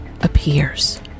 appears